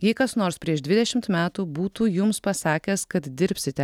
jei kas nors prieš dvidešimt metų būtų jums pasakęs kad dirbsite